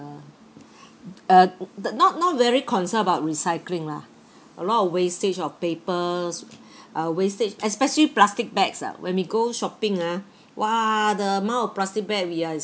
uh uh not not very concerned about recycling lah a lot of wastage of papers uh wastage especially plastic bags ah when we go shopping ah !wah! the amount of plastic bag we are